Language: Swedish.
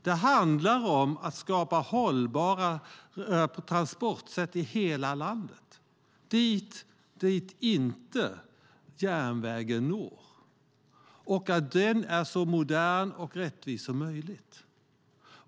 Det handlar om att skapa hållbara transportsätt i hela landet dit inte järnvägen når. Transportsätten ska vara så moderna och rättvisa möjligt.